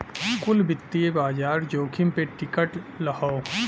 कुल वित्तीय बाजार जोखिम पे टिकल हौ